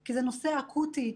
כי זה נושא אקוטי.